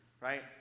Right